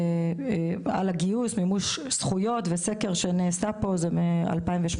על הגיוס, מימוש זכויות וסקר שנעשה מ-2018.